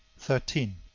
thirteen.